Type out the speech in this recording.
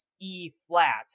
E-flat